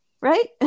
Right